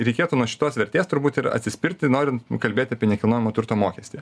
reikėtų nuo šitos vertės turbūt ir atsispirti norin kalbėti apie nekilnojamo turto mokestį